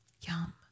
Yum